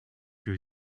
que